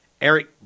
Eric